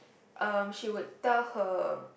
um she would tell her